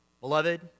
Beloved